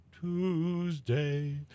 Tuesday